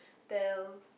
tell